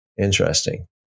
Interesting